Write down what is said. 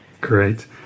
Great